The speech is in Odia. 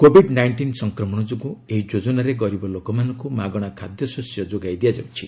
କୋଭିଡ୍ ନାଇଷ୍ଟିନ୍ ସଂକ୍ରମଣ ଯୋଗୁଁ ଏହି ଯୋଜନାରେ ଗରିବ ଲୋକମାନଙ୍କୁ ମାଗଣା ଖାଦ୍ୟଶସ୍ୟ ଯୋଗାଇ ଦିଆଯାଉଛି